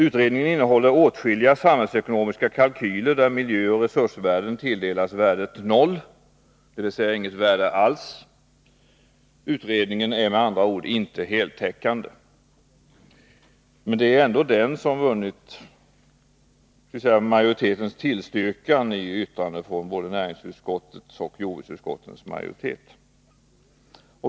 Utredningen innehåller åtskilliga samhällsekonomiska kalkyler, där miljöoch naturresurser tilldelas värdet 0, dvs. inget värde alls. Utredningen är med andra ord inte heltäckande. Men det är ändå den som vunnit utskottsmajoritetens tillstyrkan både i näringsutskottets yttrande till jordbruksutskottet och i jordbruksutskottets skrivning.